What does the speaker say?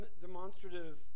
demonstrative